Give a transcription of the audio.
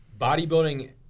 bodybuilding